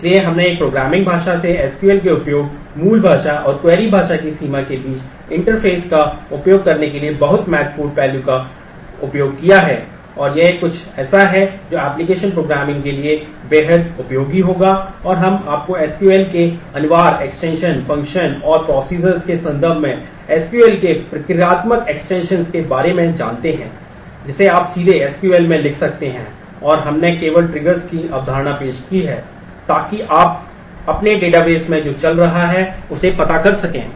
और हमने केवल ट्रिगर्स की अवधारणा पेश की है ताकि आप अपने डेटाबेस में जो चल रहा है उसे पता कर सकें